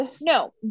No